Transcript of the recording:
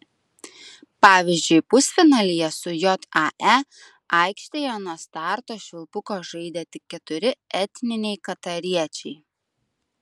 pavyzdžiui pusfinalyje su jae aikštėje nuo starto švilpuko žaidė tik keturi etniniai katariečiai